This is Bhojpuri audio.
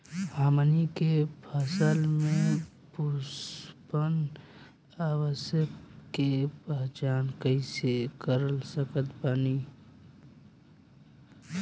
हमनी के फसल में पुष्पन अवस्था के पहचान कइसे कर सकत बानी?